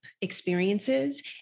experiences